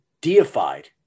deified